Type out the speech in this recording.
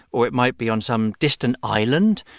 or it might be on some distant island.